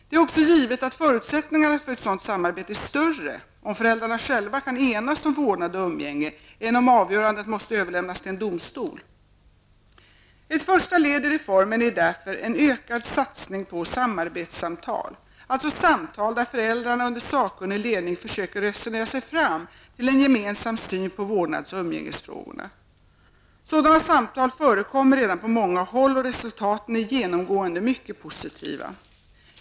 Det är också givet att förutsättningarna för ett sådant samarbete är större, om föräldrarna själva kan enas om vårdnad och umgänge än om avgörandet måste överlämnas till en domstol. Ett första led i reformen är därför en ökad satsning på samarbetssamtal, alltså samtal där föräldrarna under sakkunnig ledning försöker resonera sig fram till en gemensam syn på vårdnads och umgängesfrågorna. Sådana samtal förekommer redan på många håll, och resultaten är genomgående mycket positiva.